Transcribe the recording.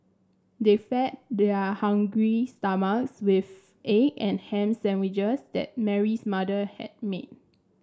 they fed their hungry stomachs with egg and ham sandwiches that Mary's mother had made